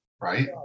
Right